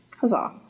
huzzah